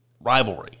rivalry